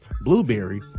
Blueberry